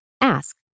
ask